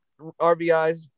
RBIs